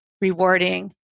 rewarding